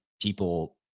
people